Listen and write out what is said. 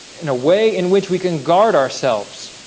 in a way in which we can guard ourselves